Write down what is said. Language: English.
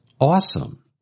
awesome